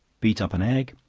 beat up an egg,